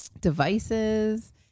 devices